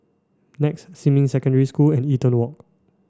NEX Xinmin Secondary School and Eaton Walk